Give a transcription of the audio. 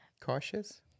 Cautious